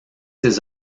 ces